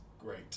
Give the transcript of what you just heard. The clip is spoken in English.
great